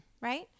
right